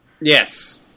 Yes